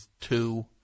two